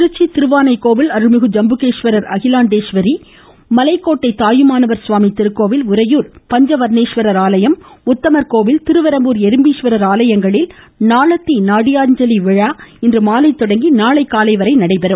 திருச்சி திருவாணைக்கோவில் அருள்மிகு அகிலாண்டேஸ்வரி மலைக்கோட்டை தாயுமானவர் திருக்கோவில் உறையூர் பஞசவர்னேஸ்வரர் ஆலையம் உத்தமர்கோவில் திருவெறும்பூர் எறும்பீஸ்வரர் ஆலையங்களில் நாளத்தி நாட்டியாஞ்சலி விழா இன்று மாலை தொடங்கி நாளை காலை வரை நடைபெறும்